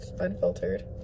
unfiltered